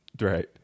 Right